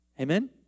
Amen